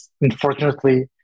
unfortunately